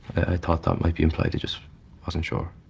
i thought that might be implied. it just wasn't sure.